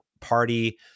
party